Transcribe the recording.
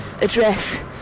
address